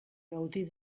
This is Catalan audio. gaudir